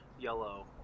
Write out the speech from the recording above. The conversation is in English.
yellow